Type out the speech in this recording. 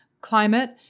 climate